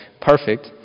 perfect